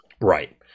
Right